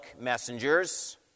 messengers